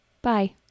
bye